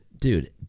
dude